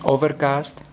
Overcast